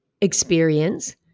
experience